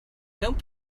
don’t